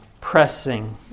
pressing